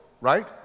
right